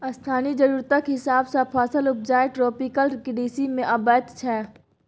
स्थानीय जरुरतक हिसाब सँ फसल उपजाएब ट्रोपिकल कृषि मे अबैत छै